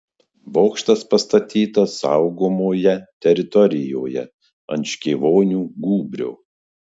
bokštas pastatytas saugomoje teritorijoje ant škėvonių gūbrio